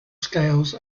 scales